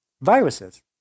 viruses